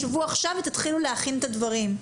שבו עכשיו ותתחילו להכין את הדברים,